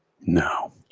No